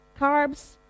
carbs